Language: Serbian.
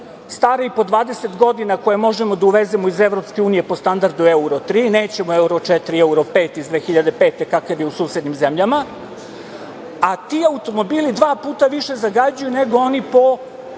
stare i po 20 godina, koje možemo da uvezemo iz EU po standardu euro 3. Nećemo euro 4 i euro 5 iz 2005. godine, kakav je u susednim zemljama, a ti automobili dva puta više zagađuju nego oni po